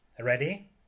Ready